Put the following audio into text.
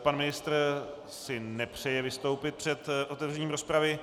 Pan ministr si nepřeje vystoupit před otevřením rozpravy.